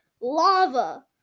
lava